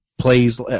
plays